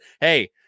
Hey